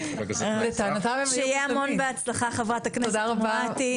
שיהיה בהצלחה, חברת הכנסת מואטי.